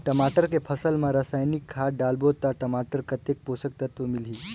टमाटर के फसल मा रसायनिक खाद डालबो ता टमाटर कतेक पोषक तत्व मिलही?